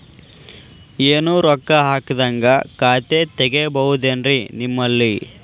ಏನು ರೊಕ್ಕ ಹಾಕದ್ಹಂಗ ಖಾತೆ ತೆಗೇಬಹುದೇನ್ರಿ ನಿಮ್ಮಲ್ಲಿ?